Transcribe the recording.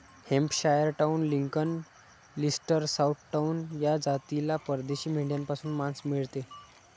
Hampshire Down, Lincoln, Leicester, Southdown या जातीला परदेशी मेंढ्यांपासून मांस मिळते